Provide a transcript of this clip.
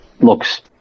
looks